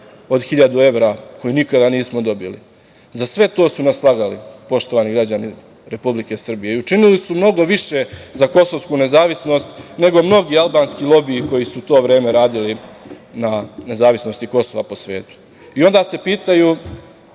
od 1.000 evra koje nikada nismo dobili.Za sve to su nas slagali, poštovani građani Republike Srbije, i učinili su mnogo više za kosovsku nezavisnost, nego mnogi albanski lobiji koji su u to vreme radili na nezavisnosti Kosova po svetu. I onda se pitaju